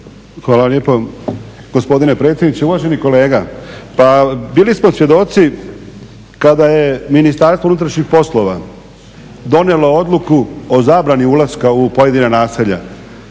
Hvala lijepo gospodine predsjedniče. Uvaženi kolega, bili smo svjedoci kada je Ministarstvo unutrašnjih poslova donijelo odluku o zabrani ulaska u pojedina naselja.